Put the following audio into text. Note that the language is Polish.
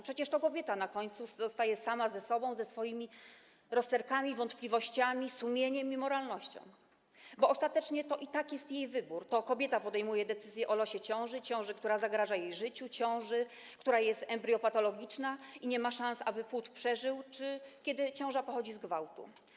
Przecież to kobieta na końcu zostaje sama ze sobą, ze swoimi rozterkami, wątpliwościami, sumieniem i moralnością, bo ostatecznie to i tak jest jej wybór, to kobieta podejmuje decyzję o losie ciąży, ciąży, która zagraża jej życiu, ciąży, która jest embriopatologiczna, w przypadku której nie ma szans, aby płód przeżył, czy ciąży, która pochodzi z gwałtu.